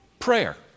Prayer